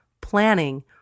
planning